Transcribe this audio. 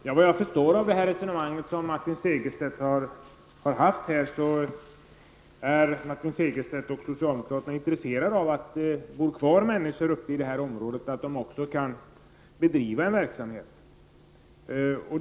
Fru talman! Såvitt jag förstår av Martin Segerstedts rensonemang är Martin Segerstedt och socialdemokraterna intresserade av att människor bor kvar uppe i det här området och att de också kan bedriva en verksamhet.